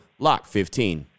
LOCK15